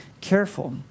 careful